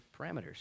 parameters